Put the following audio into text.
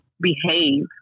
behave